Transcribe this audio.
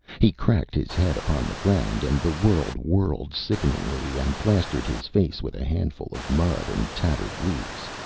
he cracked his head upon the ground and the world whirled sickeningly and plastered his face with a handful of mud and tattered leaves.